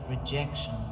rejection